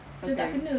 okay